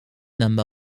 number